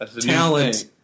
talent